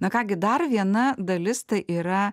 na ką gi dar viena dalis tai yra